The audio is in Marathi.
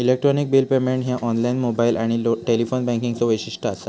इलेक्ट्रॉनिक बिल पेमेंट ह्या ऑनलाइन, मोबाइल आणि टेलिफोन बँकिंगचो वैशिष्ट्य असा